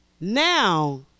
Now